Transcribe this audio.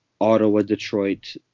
Ottawa-Detroit